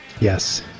Yes